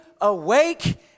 awake